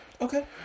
Okay